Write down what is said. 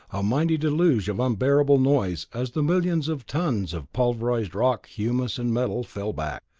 a mighty deluge of unbearable noise as the millions of tons of pulverized rock, humus and metal fell back.